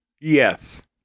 Yes